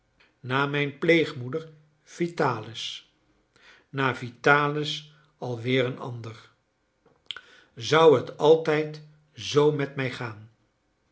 na mijn pleegmoeder vitalis na vitalis alweer een ander zou het altijd zoo met mij gaan